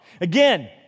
Again